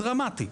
דרמטי.